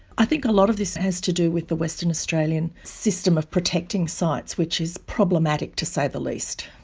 i think a lot of this has to do with the western australian system of protecting sites, which is problematic to say the least.